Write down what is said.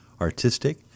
artistic